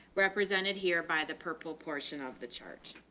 represented here by the purple portion of the charge.